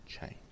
change